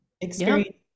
experience